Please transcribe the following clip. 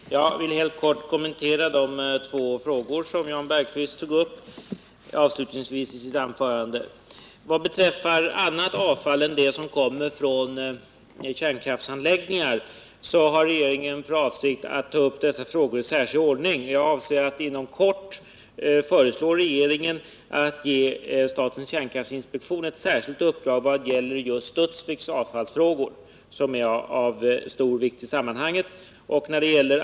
Herr talman! Jag vill helt kort kommentera de två frågor som Jan Bergqvist ställde avslutningsvis i sitt anförande. Regeringen har för avsikt att i särskild ordning ta upp frågor som gäller annat avfall än det som kommer från kärnkraftsanläggningar. Jag avser att inom kort föreslå regeringen att ge statens kärnkraftinspektion ett särskilt uppdrag när det gäller just Studsviks avfallsfrågor, som är av stor vikt i sammanhanget.